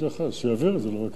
שיעביר את זה למבקר המדינה.